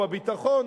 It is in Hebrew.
או הביטחון.